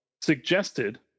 suggested